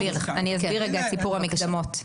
אני אסביר את סיפור המקדמות.